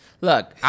Look